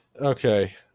Okay